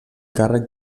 càrrec